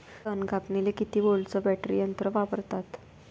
तन कापनीले किती व्होल्टचं बॅटरी यंत्र वापरतात?